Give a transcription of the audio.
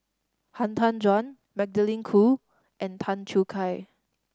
Han Tan Juan Magdalene Khoo and Tan Choo Kai